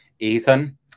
Ethan